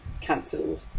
cancelled